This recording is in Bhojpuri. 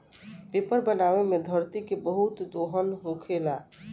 पेपर बनावे मे धरती के बहुत दोहन होखेला